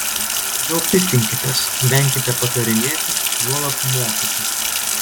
mažiau piktinkitės venkite patarinėti juolab mokyti